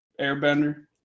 Airbender